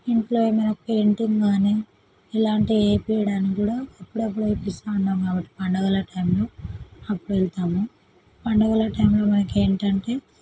ఇంట్లో ఏమైనా పెయింటింగ్ కానీ ఇలాంటివి వేపించడానికి కూడా అప్పుడప్పుడూ వేపిస్తూ ఉంటాము కాబట్టి పండగల టైంలో అప్పుడెళతాము పండగల టైంలో మాకు ఏంటంటే